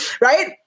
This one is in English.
right